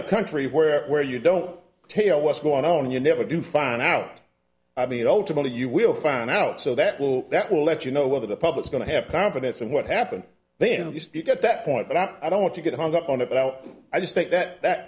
a country where you don't tail what's going on you never do find out i mean ultimately you will find out so that will that will let you know whether the public's going to have confidence in what happened then you get that point but i don't want to get hung up on about i just think that that